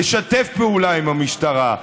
לשתף פעולה עם המשטרה,